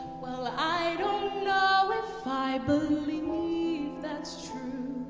well, i don't know if i believe that's true